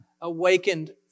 awakened